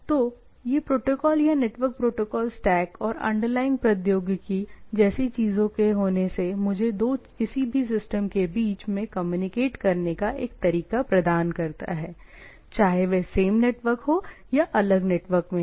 तो ये प्रोटोकॉल या नेटवर्क प्रोटोकॉल स्टैक और अंडरलाइंग प्रौद्योगिकी जैसी चीजों के होने से मुझे दो किसी भी सिस्टम के बीच में कम्युनिकेट करने का एक तरीका प्रदान करता है चाहे वह सेम नेटवर्क हो या अलग नेटवर्क में हो